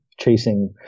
Chasing